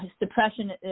depression